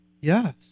Yes